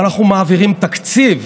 אנחנו מעבירים תקציב.